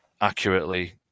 accurately